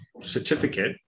certificate